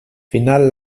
final